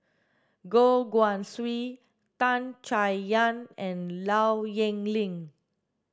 Goh Guan Siew Tan Chay Yan and Low Yen Ling